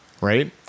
Right